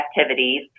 activities